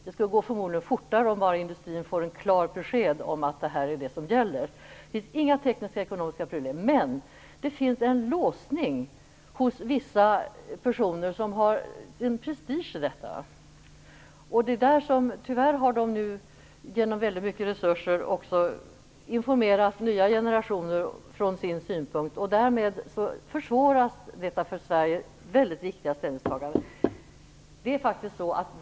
Det skulle förmodligen gå fortare om industrin får klara besked om vad som gäller. Som sagt finns det inga tekniska eller ekonomiska problem. Men det finns en låsning hos vissa personer som lägger prestige i detta. Tyvärr har dessa genom stora resurser informerat nya generationer från sin synvinkel. Det har försvårat för Sverige detta väldigt viktiga ställningstagande.